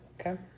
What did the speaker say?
Okay